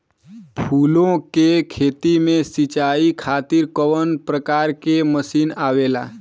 फूलो के खेती में सीचाई खातीर कवन प्रकार के मशीन आवेला?